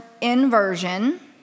inversion